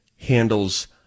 handles